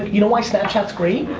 you know why snapchat's great?